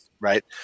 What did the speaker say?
right